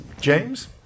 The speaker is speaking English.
James